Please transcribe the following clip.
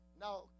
Now